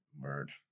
Word